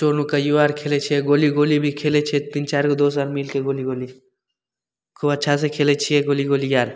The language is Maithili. चोर नुकैओ आर खेलै छिए गोली गोली भी खेलै छिए तीन चारिगो दोस आर मिलिके गोली गोली खूब अच्छासे खेलै छिए गोली गोली आर